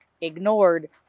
ignored